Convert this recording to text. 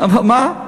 אבל מה?